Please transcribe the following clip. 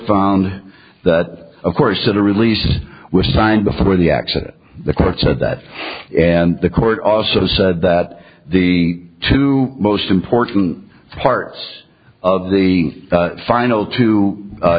found that of course a release was signed before the action the court said that and the court also said that the two most important parts of the final two